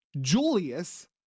Julius